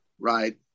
right